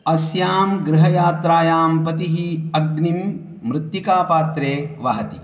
अस्यां गृहयात्रायां पतिः अग्निं मृत्तिकापात्रे वहति